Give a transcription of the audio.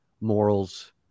morals